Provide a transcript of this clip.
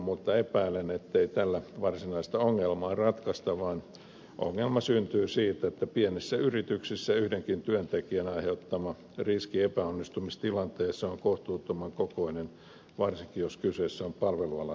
mutta epäilen ettei tällä varsinaista ongelmaa ratkaista vaan että ongelma syntyy siitä että pienissä yrityksissä yhdenkin työntekijän aiheuttama riski epäonnistumistilanteessa on kohtuuttoman kokoinen varsinkin jos kyseessä on palveluala